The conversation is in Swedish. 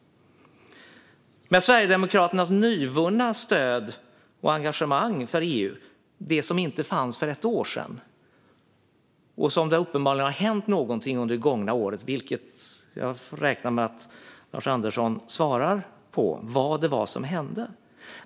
Sverigedemokraternas nyvunna stöd och engagemang för EU fanns inte för ett år sedan. Något har uppenbarligen hänt under det gångna året. Jag räknar med att Lars Andersson svarar på vad det var som hände.